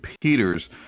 peters